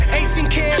18k